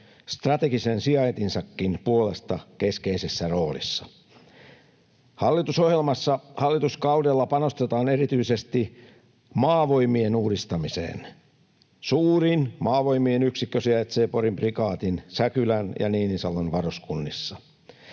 strategisen sijaintinsakin puolesta keskeisessä roolissa. Hallitusohjelmassa hallituskaudella panostetaan erityisesti Maavoimien uudistamiseen. Suurin Maavoimien yksikkö sijaitsee Porin prikaatin Säkylän ja Niinisalon varuskunnissa.